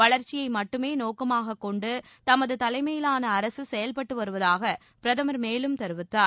வளர்ச்சியை மட்டுமே நோக்கமாக கொண்டு தமது தலைமையிலான அரசு செயல்பட்டு வருவதாக பிரதமர் மேலும் தெரிவித்தார்